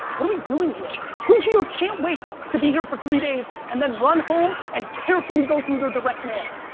what are we doing here? who here can't wait to be here for three days and then run home and carefully go through their direct mail?